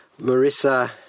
Marissa